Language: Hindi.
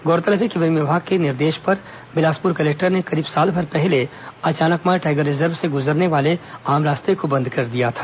गौरतलब है कि वन विभाग के निर्देश पर बिलासपुर कलेक्टर ने करीब सालभर पहले अचानकमार टाईगर रिजर्व से गुजरने वाले आम रास्ते को बद कर दिया था